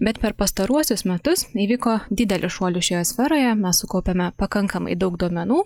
bet per pastaruosius metus įvyko didelių šuolių šioje sferoje mes sukaupėme pakankamai daug duomenų